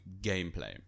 gameplay